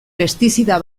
pestizida